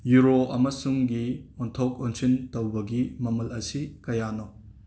euro ꯑꯃꯁꯨꯡ ꯒꯤ ꯑꯣꯟꯊꯣꯛ ꯑꯣꯟꯁꯤꯟ ꯇꯧꯕꯒꯤ ꯃꯃꯜ ꯑꯁꯤ ꯀꯌꯥꯅꯣ